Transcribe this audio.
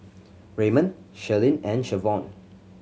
Raymon Shirlene and Shavonne